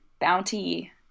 bounty